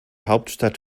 hauptstadt